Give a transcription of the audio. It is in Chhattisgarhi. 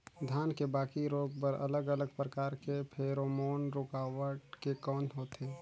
धान के बाकी रोग बर अलग अलग प्रकार के फेरोमोन रूकावट के कौन होथे?